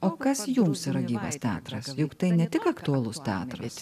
o kas jums yra gyvas teatras juk tai ne tik aktualus teatras